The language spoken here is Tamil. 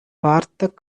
பார்த்த